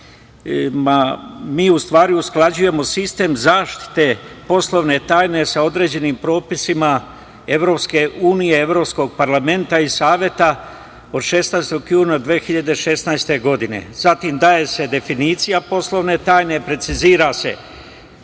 mi u stvari usklađujemo sistem zaštite poslovne tajne sa određenim propisima EU, evropskog parlamenta i Saveta od 16. juna 2016. godine. Daje se definicija poslovne tajne, precizira se